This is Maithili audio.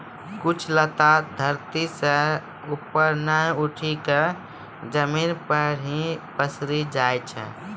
कुछ लता धरती सं ऊपर नाय उठी क जमीन पर हीं पसरी जाय छै